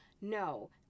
No